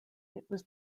was